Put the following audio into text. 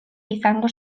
izango